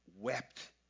wept